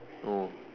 oh